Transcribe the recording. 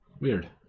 Weird